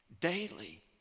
daily